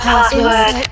Password